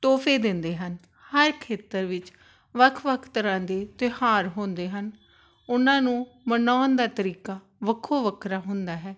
ਤੋਹਫੇ ਦਿੰਦੇ ਹਨ ਹਰ ਖੇਤਰ ਵਿੱਚ ਵੱਖ ਵੱਖ ਤਰ੍ਹਾਂ ਦੇ ਤਿਉਹਾਰ ਹੁੰਦੇ ਹਨ ਉਨ੍ਹਾਂ ਨੂੰ ਮਨਾਉਣ ਦਾ ਤਰੀਕਾ ਵੱਖੋ ਵੱਖਰਾ ਹੁੰਦਾ ਹੈ